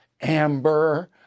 Amber